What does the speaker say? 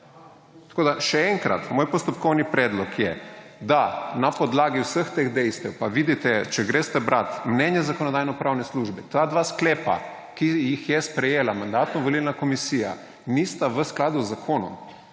Tako, da še enkrat. Moj postopkovni predlog je, da na podlagi vseh teh dejstev, pa vidite, če greste brati mnenje Zakonodajno-pravne službe, ta dva sklepa, ki jih je sprejela Mandatno-volilna komisija, nista v skladu z zakonom,